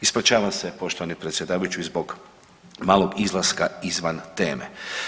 Ispričavam se poštovani predsjedavajući zbog malog izlaska izvan teme.